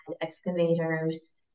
excavators